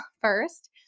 first